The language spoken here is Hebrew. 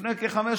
לפני כחמש שנים.